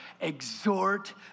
exhort